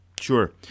Sure